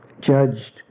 judged